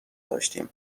داشتیم